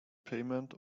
payment